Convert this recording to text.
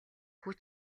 хүч